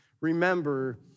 remember